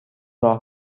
راه